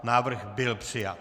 Návrh byl přijat.